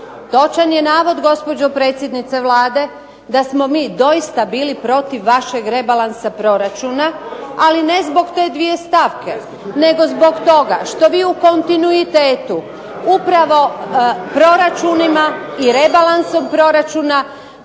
Točan je navod gospođo predsjednice Vlade da smo mi doista bili protiv vašeg rebalansa proračuna, ali ne zbog te dvije stavke, nego zbog toga što vi u kontinuitetu upravo proračunima i rebalansom proračuna